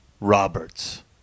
Roberts